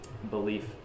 belief